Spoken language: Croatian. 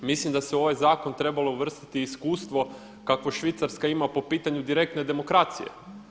Mislim da se u ovaj zakon trebalo uvrstiti iskustvo kakvo Švicarska ima po pitanju direktne demokracije.